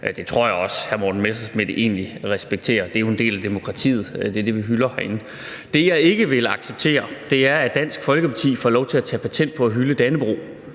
Det tror jeg også hr. Morten Messerschmidt egentlig respekterer. Det er jo en del af demokratiet – det er det, vi hylder herinde. Det, jeg ikke vil acceptere, er, at Dansk Folkeparti får lov til at tage patent på at hylde Dannebrog,